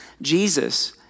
Jesus